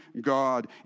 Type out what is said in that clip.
God